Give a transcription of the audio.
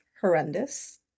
horrendous